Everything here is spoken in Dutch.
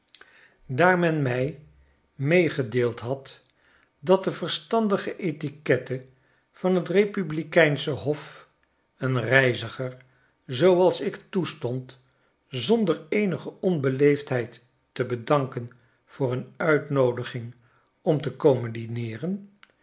daar men mij meegedeeld had dat de verstandige etiquette van t republikeinsche hof een reiziger zooals ik toestond zonder eenige onbeleefdheid te bedanken voor een uitnoodiging om te komen dineeren